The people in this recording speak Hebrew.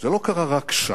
זה לא קרה רק שם,